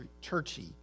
churchy